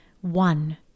one